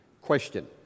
Question